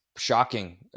Shocking